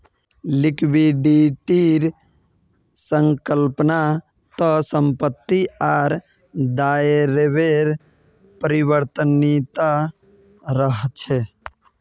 लिक्विडिटीर संकल्पना त संपत्ति आर दायित्वेर परिवर्तनीयता रहछे